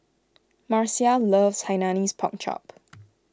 Marcia loves Hainanese Pork Chop